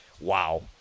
Wow